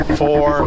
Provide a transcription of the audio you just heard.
four